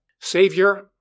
Savior